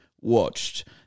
watched